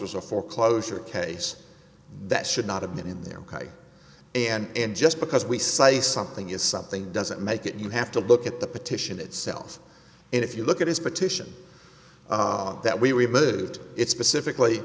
was a foreclosure case that should not have been in there and just because we say something is something doesn't make it you have to look at the petition itself and if you look at his petition that we removed it's pacifically